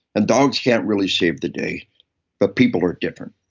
and dogs can't really save the day but people are different.